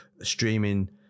streaming